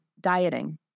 dieting